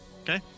Okay